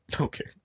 Okay